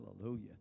hallelujah